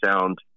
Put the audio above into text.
sound